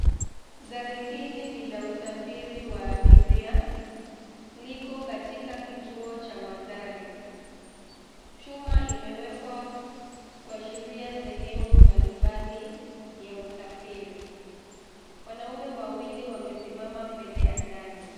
Gari hili ni la usafiri wa abiria ,liko katika kituo cha magari. Chuma imewekwa kuashiria sehemu mbalimbali ya usafiri. Wanaume wawili wamesimama mbele ya gari.